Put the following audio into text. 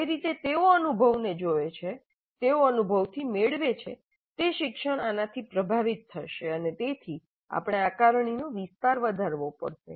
જે રીતે તેઓ અનુભવને જુએ છે તેઓ અનુભવથી મેળવે છે તે શિક્ષણ આનાથી પ્રભાવિત થશે અને તેથી આપણે આકારણીનો વિસ્તાર વધારવો પડશે